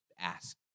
ask